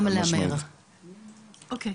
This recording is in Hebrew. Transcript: אוקיי.